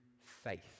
faith